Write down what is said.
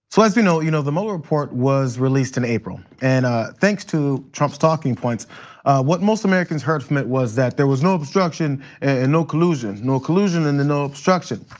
so as we know you know the mueller report was released in april and ah thanks to trump's talking points what most americans heard from it was that there was no obstruction and no collusion, no collusion and then no obstruction.